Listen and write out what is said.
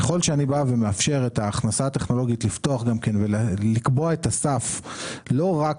ככל שאני בא ומאפשר את ההכנסה הטכנולוגית לפתוח ולקבוע את הסף לא רק